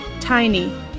Tiny